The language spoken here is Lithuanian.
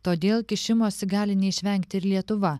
todėl kišimosi gali neišvengti ir lietuva